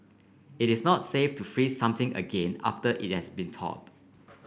it is not safe to freeze something again after it has been thawed